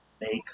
make